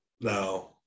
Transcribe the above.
Now